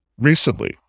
recently